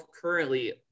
currently